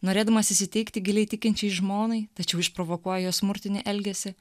norėdamas įsiteikti giliai tikinčiai žmonai tačiau išprovokuoja jos smurtinį elgesį